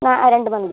ആ ആ രണ്ട് മന്തി